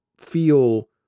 feel